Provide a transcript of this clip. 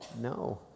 No